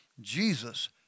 Jesus